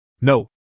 No